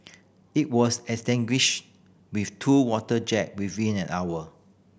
it was extinguished with two water jet within an hour